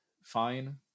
fine